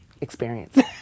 experience